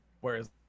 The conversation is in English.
whereas